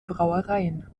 brauereien